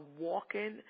walking